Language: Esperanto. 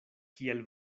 kiel